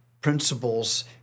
Principles